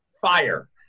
fire